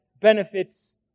benefits